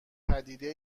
پدیده